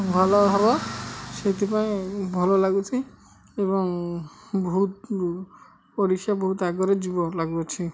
ଭଲ ହବ ସେଥିପାଇଁ ଭଲ ଲାଗୁଛି ଏବଂ ବହୁତ ପରୀକ୍ଷା ବହୁତ ଆଗରେ ଯିବ ଲାଗୁଛି